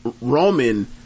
Roman